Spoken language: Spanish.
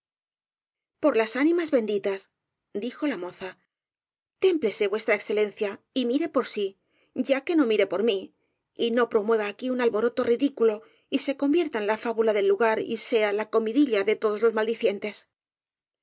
por las ánimas benditas dijo la moza témplese v e y mire por sí ya que no mire por mí y no promueva aquí un alboroto ridículo y se convierta en la fábula del lugar y sea la comidilla de todos los maldicientes